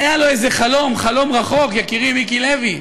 היה לו איזה חלום, חלום רחוק, יקירי מיקי לוי.